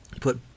put